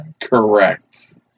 Correct